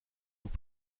nous